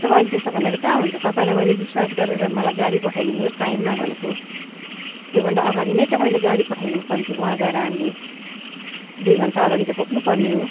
तपाईँले त्यसो भनेर कहाँ हुन्छ तपाईँलाई मैले विश्वास गरेर मलाई गाडी पठाइ दिनुहोस् टाइममा भनेको त्यो भन्दा अगाडि नै तपाईँले गाडी पठाइ दिनुपर्ने थियो वहाँ गएर हामी दुई घन्टा अगाडि त पुग्नुपर्ने हो